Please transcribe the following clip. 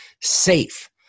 safe